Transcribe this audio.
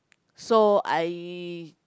so I